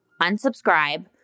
unsubscribe